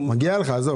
אתה ביקשת בהתחלה